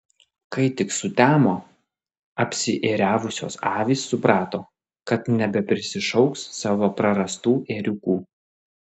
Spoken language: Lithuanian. kai tik sutemo apsiėriavusios avys suprato kad nebeprisišauks savo prarastų ėriukų